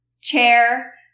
chair